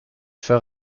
für